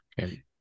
Okay